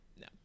No